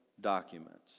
documents